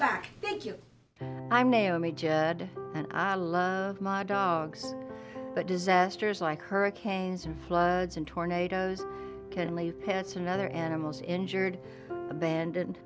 back thank you i'm naomi judd and i love my dogs but disasters like hurricanes and floods and tornadoes can leave parents and other animals injured abandoned